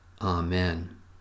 Amen